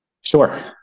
Sure